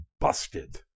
Busted